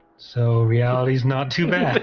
so reality's not too bad